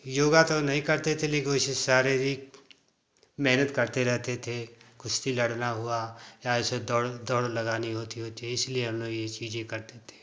योगा तो नहीं करते थे लेकिन उसे शारीरिक मेहनत करते रहते थे कुश्ती लड़ना हुआ या ऐसे दौड़ दौड़ लगानी होती है इसलिए हम लोग ये चीज़ें करते थे